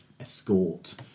escort